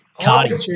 Cardi